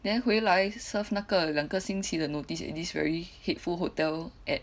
then 回来 serve 那个两个星期的 notice in this very hateful hotel at